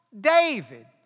David